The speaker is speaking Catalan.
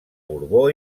borbó